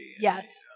Yes